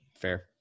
fair